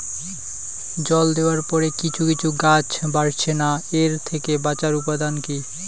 জল দেওয়ার পরে কিছু কিছু গাছ বাড়ছে না এর থেকে বাঁচার উপাদান কী?